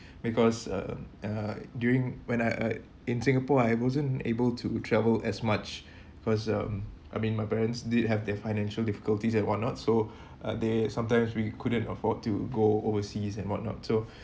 because uh uh during when I I in singapore I wasn't able to travel as much because um I mean my parents did have their financial difficulties and what not so uh they sometimes we couldn't afford to go overseas and what not so